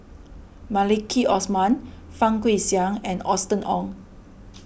Maliki Osman Fang Guixiang and Austen Ong